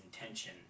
intention